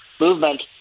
movement